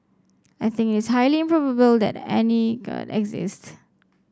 I think it's highly improbable that any god exists